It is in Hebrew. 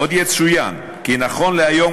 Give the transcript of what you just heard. עוד יצוין כי נכון להיום,